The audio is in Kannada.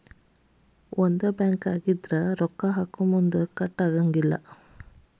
ಒಂದ ಬ್ಯಾಂಕ್ ಆಗಿದ್ರ ರೊಕ್ಕಾ ಹಾಕೊಮುನ್ದಾ ಕಟ್ ಆಗಂಗಿಲ್ಲಾ